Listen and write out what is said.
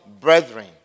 brethren